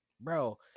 Bro